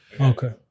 Okay